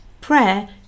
prayer